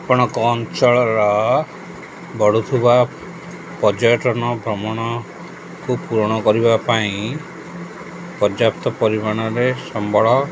ଆପଣଙ୍କ ଅଞ୍ଚଳର ବଢ଼ୁଥିବା ପର୍ଯ୍ୟଟନ ଭ୍ରମଣକୁ ପୂରଣ କରିବା ପାଇଁ ପର୍ଯ୍ୟାପ୍ତ ପରିମାଣରେ ସମ୍ବଳ